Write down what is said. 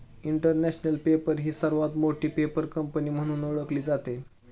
international paper ही सर्वात मोठी पेपर कंपनी म्हणून ओळखली जाते